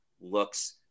Looks